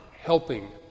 helping